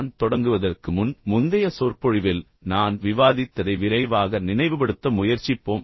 நான் தொடங்குவதற்கு முன் முந்தைய சொற்பொழிவில் நான் விவாதித்ததை விரைவாக நினைவுபடுத்த முயற்சிப்போம்